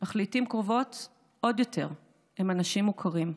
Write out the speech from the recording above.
אך לעיתים קרובות עוד יותר הם אנשים מוכרים.